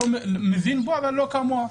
אני מבין בו אבל לא כמוה.